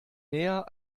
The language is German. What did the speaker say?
näher